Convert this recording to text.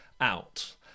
out